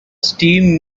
steam